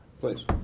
Please